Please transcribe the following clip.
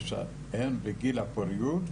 כשהן בגיל הפוריות,